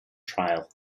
trial